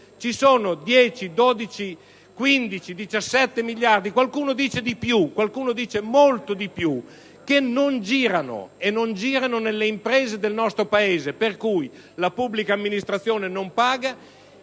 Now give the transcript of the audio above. Ci sono 10, 12, 15, 17 miliardi (qualcuno dice che siano molti di più) che non girano, e non girano nelle imprese del nostro Paese. In tal modo la pubblica amministrazione non paga,